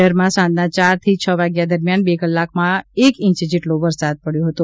શહેરમાં સાંજના ચારથી છ વાગ્યા દરમિયાન બે કલાકમાં એકાદ ઈંચ જેટલો વરસાદ પડ્યો હતો